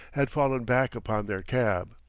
had fallen back upon their cab.